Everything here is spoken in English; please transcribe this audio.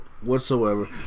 whatsoever